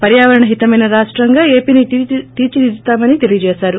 పర్యావరణ హిక్తమైన రాష్టంగా ఏపీనో తీర్చిదిద్దుతామని తెలిపారు